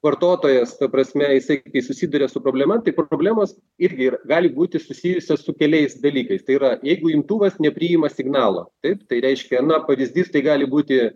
vartotojas ta prasme jisai kai susiduria su problema tai kur problemos irgi ir gali būti susijusios su keliais dalykais tai yra jeigu imtuvas nepriima signalo taip tai reiškia na pavyzdys tai gali būti